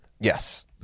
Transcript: Yes